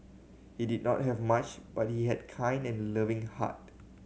he did not have much but he had a kind and loving heart